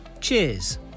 Cheers